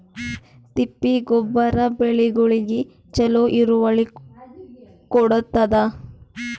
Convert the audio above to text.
ತಿಪ್ಪಿ ಗೊಬ್ಬರ ಬೆಳಿಗೋಳಿಗಿ ಚಲೋ ಇಳುವರಿ ಕೊಡತಾದ?